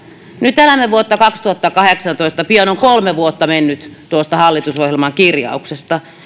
nyt elämme vuotta kaksituhattakahdeksantoista pian on kolme vuotta mennyt tuosta hallitusohjelman kirjauksesta